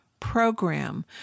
Program